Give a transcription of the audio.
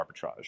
arbitrage